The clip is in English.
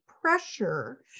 pressure